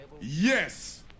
Yes